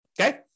okay